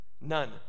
None